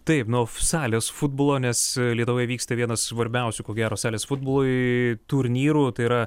taip nuo salės futbolo nes lietuvoje vyksta vienas svarbiausių ko gero salės futbolui turnyrų tai yra